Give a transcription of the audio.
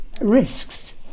Risks